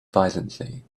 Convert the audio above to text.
violently